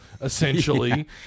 essentially